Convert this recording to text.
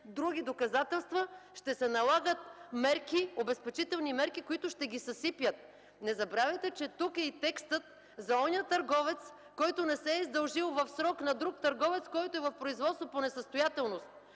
други доказателства, ще се налагат обезпечителни мерки, които ще ги съсипят. Не забравяйте, че тук е и текстът за онзи търговец, който не се е издължил в срок на друг търговец, който е в производство по несъстоятелност.